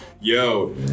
Yo